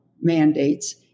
mandates